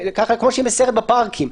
כמו שהיא מסיירת בפארקים.